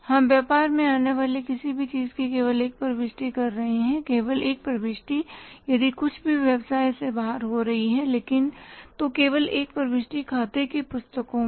हम व्यापार में आने वाली किसी भी चीज़ की केवल एक प्रविष्टि कर रहे हैं केवल एक प्रविष्टि यदि कुछ भी व्यवसाय से बाहर हो रही है तो केवल एक प्रविष्टि खातों की पुस्तकों में